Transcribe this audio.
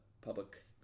public